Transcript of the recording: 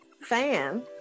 fan